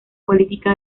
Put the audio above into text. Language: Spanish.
política